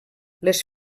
les